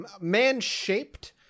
man-shaped